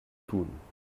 tun